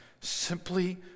simply